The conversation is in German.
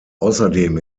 außerdem